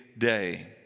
Day